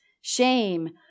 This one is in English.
shame